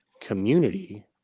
community